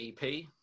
EP